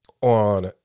on